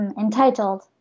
entitled